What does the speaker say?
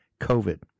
COVID